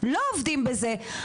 לא עובדים בזה.